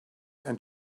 and